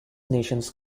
nations